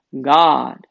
God